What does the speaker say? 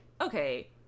okay